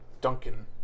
Duncan